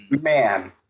man